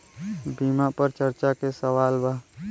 बीमा पर चर्चा के सवाल बा?